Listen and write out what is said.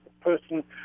Person